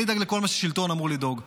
אני אדאג לכל מה ששלטון אמור לדאוג לו: